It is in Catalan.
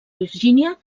virgínia